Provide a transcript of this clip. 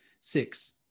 six